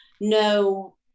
no